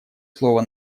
слово